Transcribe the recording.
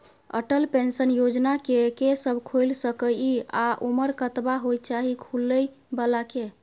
Atal Pension Yojana के के सब खोइल सके इ आ उमर कतबा होय चाही खोलै बला के?